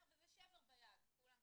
וזה שבר ביד, כולם שוברים,